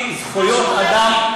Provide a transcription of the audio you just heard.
אני אמרתי "זכויות אדם,